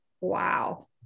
Wow